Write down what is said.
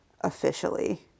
officially